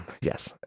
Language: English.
yes